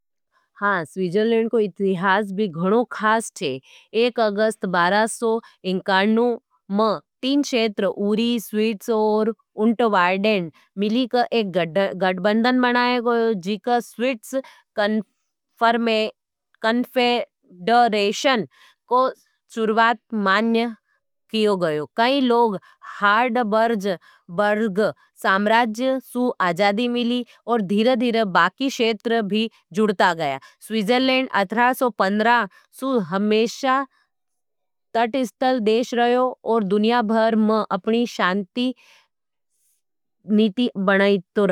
हाँ, स्वीजरलेंड को इतिहास भी घणो खास छे। एक अगस्त बारह सौ इंकार्णू मं तीन क्षेत्र, उरी, स्वीट्स और उन्ट वाइडेंड, मिलीक एक गठबंदन बनाये गयो, जीक स्वीट्स कन्फेडरेशन को चुर्वात मान्य कियो गयो। कई लोग हाड बर्ज बर्ग साम्राज्य सु आजादी मिली और धीरे-धीरे बाकी क्षेत्र भी जुड़ता गया। स्वीजरलेंड अट्ठारह सौ पंद्रहसु हमेशा तटस्थल देश रहो और दुनिया भर मं अपनी शांती नीती बनाये रहो।